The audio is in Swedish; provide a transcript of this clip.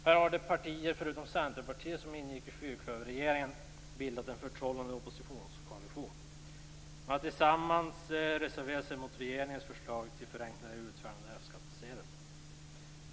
Här har de partier som ingick i fyrklöverregeringen, förutom Centerpartiet, bildat en förtrollande oppositionskoalition. Man har tillsammans reserverat sig mot regeringens förslag till förenkling av utfärdandet av F-skattsedel.